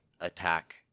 attack